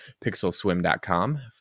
pixelswim.com